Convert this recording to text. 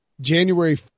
January